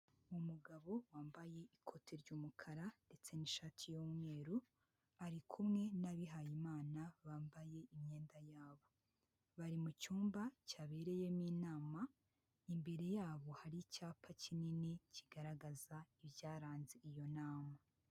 Umugabo wambaye ikote ry'umukara ndetse n'ishati y'umweru, ari kumwe n'abihayimana bambaye imyenda yabo, bari mu cyumba cyabereyemo inama, imbere yabo hari icyapa kinini kigaragaza ibyaranze iyo nama.